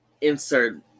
insert